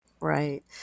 Right